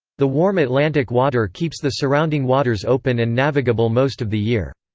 the warm atlantic water keeps the surrounding waters open and navigable most of the year.